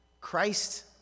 Christ